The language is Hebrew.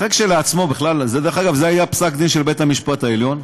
דרך אגב, זה היה פסק דין של בית-המשפט העליון.